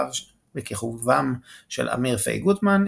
בכיכובם של אמיר פיי גוטמן,